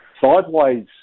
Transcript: sideways